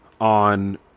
on